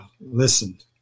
listened